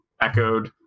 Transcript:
echoed